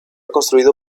construido